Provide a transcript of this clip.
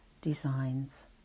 designs